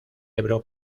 ebro